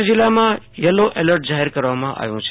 કચ્છ જિલ્લામાં yellow alert જાહેર કરવામાં આવ્યું છે